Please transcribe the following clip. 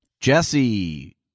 Jesse